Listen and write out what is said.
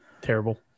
terrible